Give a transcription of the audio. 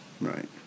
right